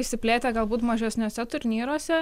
išsiplėtę galbūt mažesniuose turnyruose